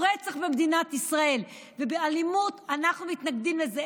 רצח במדינת ישראל ובאלימות, אנחנו מתנגדים לזה.